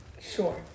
Sure